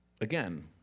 again